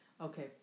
Okay